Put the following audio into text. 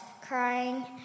crying